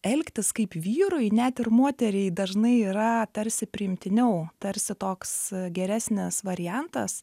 elgtis kaip vyrui net ir moteriai dažnai yra tarsi priimtiniau tarsi toks geresnis variantas